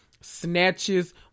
snatches